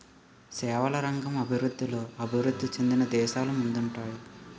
సేవల రంగం అభివృద్ధిలో అభివృద్ధి చెందిన దేశాలు ముందుంటాయి